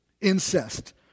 incest